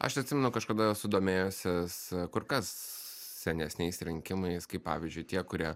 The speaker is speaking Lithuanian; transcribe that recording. aš atsimenu kažkada esu domėjęsis kur kas senesniais rinkimais kaip pavyzdžiui tie kurie